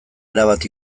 erabat